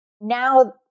now